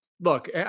Look